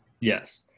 Yes